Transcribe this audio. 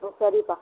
ம் சரிப்பா